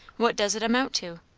what does it amount to?